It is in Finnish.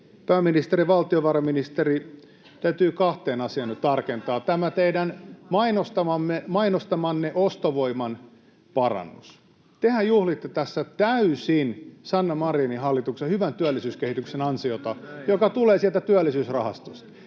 Pääministeri ja valtiovarainministeri, täytyy kahteen asiaan nyt tarkentaa: Tämä teidän mainostamanne ostovoiman parannus. Tehän juhlitte tässä täysin Sanna Marinin hallituksen hyvän työllisyyskehityksen ansiota, joka tulee sieltä Työllisyysrahastosta.